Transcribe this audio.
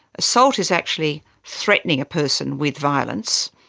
assault is actually threatening a person with violence,